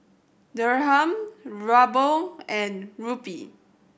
Dirham Ruble and Rupee